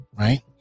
right